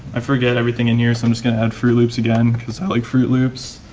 i forget everything in here, so i'm just gonna add fruit loops again. because i like fruit loops.